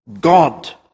God